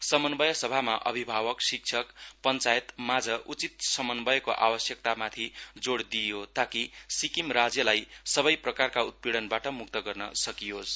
समन्वय सभामा अभिभावक शिक्षक पञ्चायत माझ उचित समन्वयको आवश्यकतामाथि जोड़ दिइयो ताकि सिक्किम राज्यलाई सबै प्रकारका उत्पिइनबाट मुक्त गर्न सकियोस्